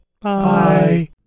Bye